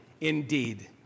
indeed